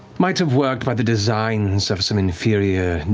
might have worked by the designs of some inferior,